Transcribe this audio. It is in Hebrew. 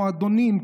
במועדונים,